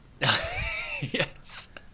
Yes